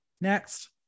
Next